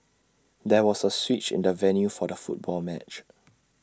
there was A switch in the venue for the football match